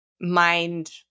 mind